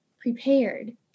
prepared